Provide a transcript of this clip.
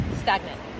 stagnant